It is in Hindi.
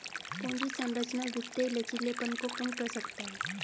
पूंजी संरचना वित्तीय लचीलेपन को कम कर सकता है